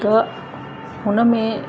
त हुन में